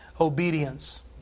obedience